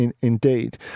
indeed